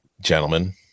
gentlemen